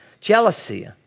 Jealousy